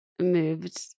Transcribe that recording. moved